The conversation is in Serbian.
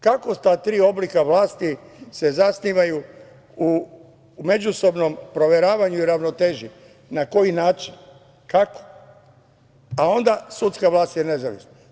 Kako ta tri oblika vlasti se zasnivaju na međusobnom proveravanju i ravnoteži, na koji način, kako, a onda – sudska vlast je nezavisna.